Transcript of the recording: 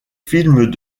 films